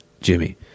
Jimmy